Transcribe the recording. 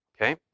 okay